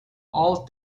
all